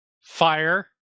fire